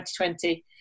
2020